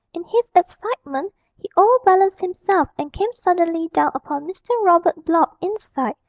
in his excitement he overbalanced himself and came suddenly down upon mr. robert blott inside,